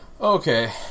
Okay